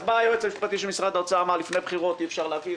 אז בא היועץ המשפטי של משרד האוצר ואמר: לפני בחירות אי אפשר להעביר,